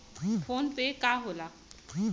PhonePe का होला?